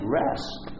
rest